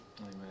Amen